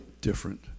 different